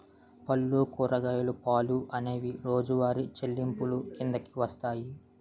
పళ్ళు కూరగాయలు పాలు అనేవి రోజువారి చెల్లింపులు కిందకు వస్తాయి